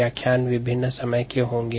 व्याख्यान विभिन्न समय के होंगे